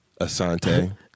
Asante